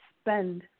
spend